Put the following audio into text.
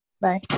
Bye